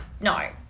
no